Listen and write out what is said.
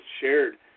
shared